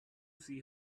see